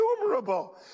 innumerable